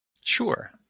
sure